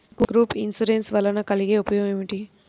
Group insurance వలన కలిగే ఉపయోగమేమిటీ?